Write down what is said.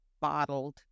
bottled